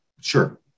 sure